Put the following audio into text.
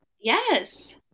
yes